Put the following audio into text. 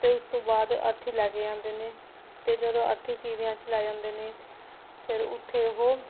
ਅਤੇ ਉਸ ਤੋਂ ਬਾਅਦ ਅਰਥੀ ਲੈ ਕੇ ਜਾਂਦੇ ਨੇ ਅਤੇ ਜਦੋਂ ਅਰਥੀ ਸੀਵਿਆਂ 'ਚ ਲੈ ਜਾਂਦੇ ਨੇ ਫਿਰ ਉੱਥੇ ਉਹ